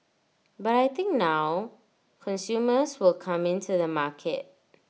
but I think now consumers will come in to the market